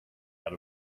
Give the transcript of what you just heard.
out